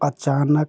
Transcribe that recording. अचानक